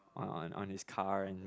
on on on his car and make